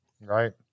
right